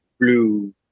blue